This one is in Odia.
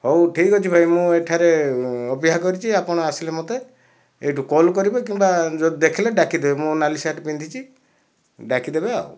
ହେଉ ଠିକ ଅଛି ଭାଇ ମୁଁ ଏଠାରେ ଅପେକ୍ଷା କରିଛି ଆପଣ ଆସିଲେ ମୋତେ ଏଇଠୁ କଲ୍ କରିବେ କିମ୍ବା ଯଦି ଦେଖିଲେ ଡାକିଦେବେ ମୁଁ ନାଲି ସାର୍ଟ ପିନ୍ଧିଛି ଡାକିଦେବେ ଆଉ